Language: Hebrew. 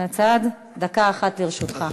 דקה אחת לרשותך.